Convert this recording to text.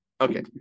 Okay